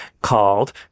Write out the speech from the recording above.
called